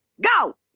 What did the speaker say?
Go